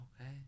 Okay